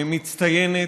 מצטיינת,